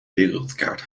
wereldkaart